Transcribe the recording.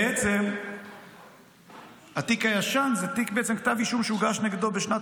בעצם התיק הישן הוא כתב אישום שהוגש נגדו בשנת